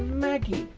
maggie?